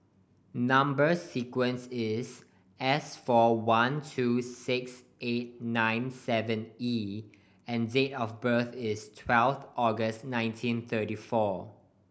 number sequence is S four one two six eight nine seven E and date of birth is twelve August nineteen thirty four